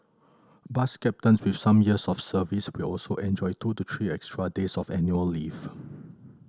bus captains with some years of service will also enjoy two to three extra days of annual leave